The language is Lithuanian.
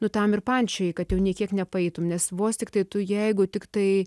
nu tam ir pančioji kad jau ne kiek nepaeitum nes vos tiktai tu jeigu tiktai